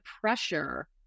pressure